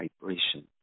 vibration